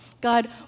God